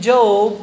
Job